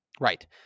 Right